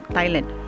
Thailand